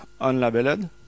unlabeled